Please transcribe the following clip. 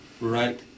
right